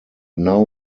now